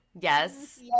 Yes